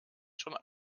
schon